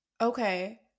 Okay